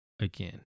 again